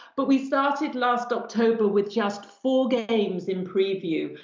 but we started last october with just four games in preview.